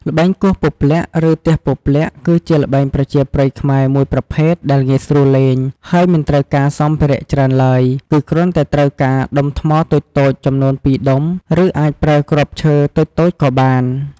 ល្បែងគោះពព្លាក់ ឬទះពព្លាក់ គឺជាល្បែងប្រជាប្រិយខ្មែរមួយប្រភេទដែលងាយស្រួលលេង ហើយមិនត្រូវការសម្ភារៈច្រើនឡើយ គឺគ្រាន់តែដុំថ្មតូចៗចំនួន២ដុំ ឬអាចប្រើគ្រាប់ឈើតូចៗក៏បាន។